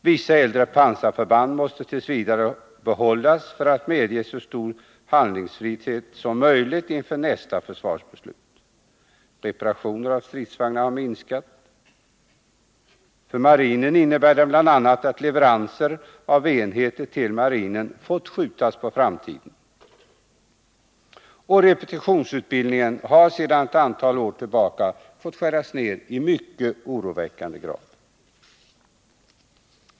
Vissa äldre pansarförband måste t. v. behållas för att medge så stor handlingsfrihet som möjligt inför nästa försvarsbeslut. Reparationer av stridsvagnar har minskat. För marinen innebär det bl.a. att leveranser av enheter till marinen har fått skjutas på framtiden. Repetitionsutbildningen har sedan ett antal år tillbaka fått skäras ned i mycket oroväckande grad.